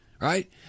right